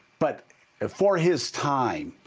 but for his time,